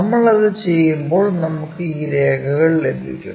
നമ്മൾ അത് ചെയ്യുമ്പോൾ നമുക്ക് ഈ രേഖകൾ ലഭിക്കും